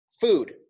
Food